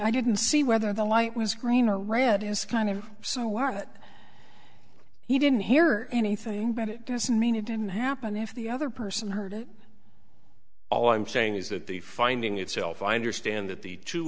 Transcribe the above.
i didn't see whether the light was green or red is kind of somewhere that he didn't hear anything but it doesn't mean it didn't happen if the other person hurt it all i'm saying is that the finding itself i understand that the two